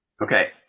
Okay